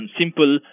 simple